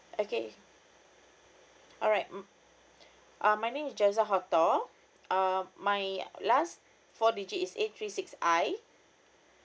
okay alright mm uh my name is jasal haldal uh my last four digits is eight three six I